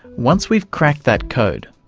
once we've cracked that code,